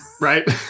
Right